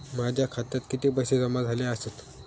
माझ्या खात्यात किती पैसे जमा झाले आसत?